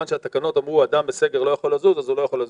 מכיוון שהתקנות קבעו שאדם בסגר לא יכול לזוז אז הוא לא יכול לזוז.